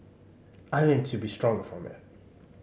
I learnt to be stronger from it